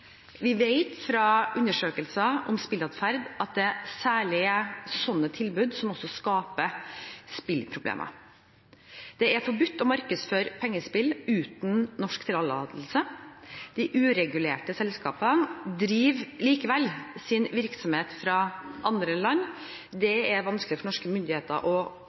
Vi vet fra undersøkelser om spilleatferd at det særlig er slike tilbud som skaper spilleproblemer. Det er forbudt å markedsføre pengespill uten norsk tillatelse. De uregulerte selskapene driver likevel sin virksomhet fra andre land. Det er vanskelig for norske myndigheter å